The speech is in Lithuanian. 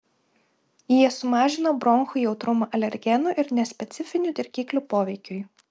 jie sumažina bronchų jautrumą alergenų ir nespecifinių dirgiklių poveikiui